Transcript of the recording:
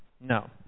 No